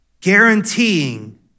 guaranteeing